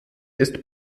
ist